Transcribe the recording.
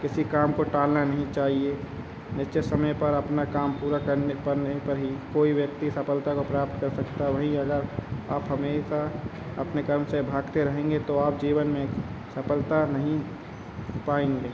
किसी काम को टालना नहीं चाहिए निश्चित समय पर अपना काम पूरा करने पड़ने पर ही कोई व्यक्ति सफलता को प्राप्त कर सकता है वही अगर आप हमेशा अपने कर्म से भागते रहेंगे तो आप जीवन में सफलता नहीं पाएँगे